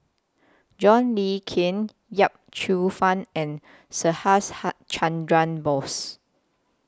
John Le Cain Yip Cheong Fun and Subhas Chandra Bose